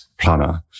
planner